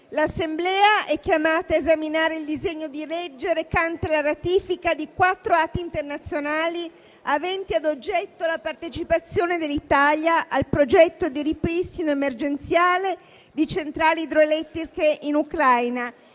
l'Assemblea è chiamata a esaminare il disegno di legge recante la ratifica di quattro atti internazionali aventi ad oggetto la partecipazione dell'Italia al progetto di ripristino emergenziale di centrali idroelettriche in Ucraina,